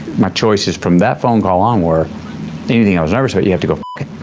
my choices from that phone call onward anything i was ever set you have to go